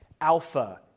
alpha